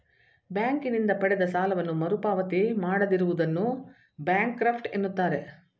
ಬ್ಯಾಂಕಿನಿಂದ ಪಡೆದ ಸಾಲವನ್ನು ಮರುಪಾವತಿ ಮಾಡದಿರುವುದನ್ನು ಬ್ಯಾಂಕ್ರಫ್ಟ ಎನ್ನುತ್ತಾರೆ